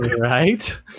right